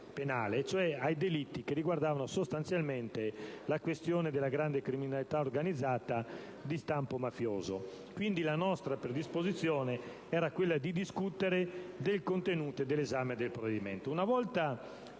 penale, cioè a quelli che riguardavano sostanzialmente la questione della grande criminalità organizzata di stampo mafioso. Quindi, c'era la nostra predisposizione a discutere del contenuto del provvedimento. Una volta